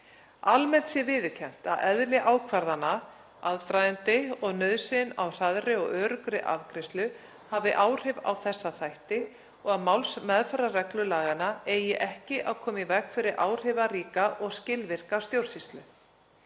Almennt sé viðurkennt að eðli ákvarðana, aðdragandi og nauðsyn á hraðri og öruggri afgreiðslu hafi áhrif á þessa þætti og að málsmeðferðarreglur laganna eigi ekki að koma í veg fyrir áhrifaríka og skilvirka stjórnsýslu.